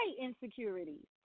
insecurities